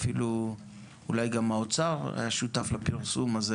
אפילו אולי גם האוצר היה שותף לפרסום הזה